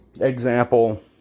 example